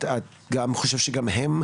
את חושבת שגם הם,